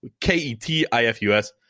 K-E-T-I-F-U-S